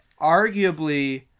Arguably